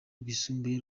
rwisumbuye